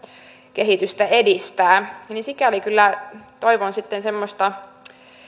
kehitystä edistää sikäli kyllä toivon sitten semmoista